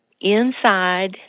inside